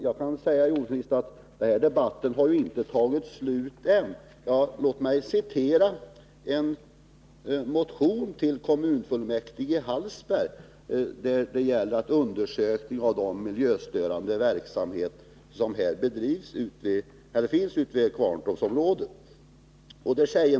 Jag kan säga jordbruksministern att debatten inte har tagit slut. Låt mig citera en motion till kommunfullmäktige i Hallsbergs kommun som gäller undersökningar av de miljöstörande verksamheter som finns i Kvarntorpsområdet.